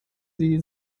sie